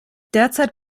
derzeit